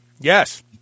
Yes